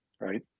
right